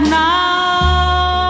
now